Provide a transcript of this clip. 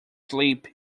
sleep